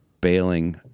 bailing